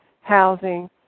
housing